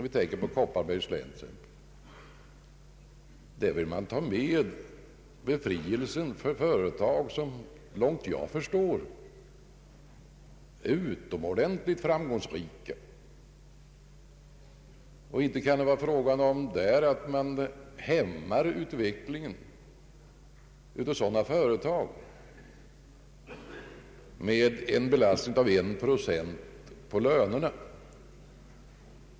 I Kopparbergs län exempelvis vill man befria företag som så långt jag förstår är utomordentligt framgångsrika. Det kan inte hävdas att vi dämpar utvecklingen av sådana företag genom en belastning med en procent på lönerna.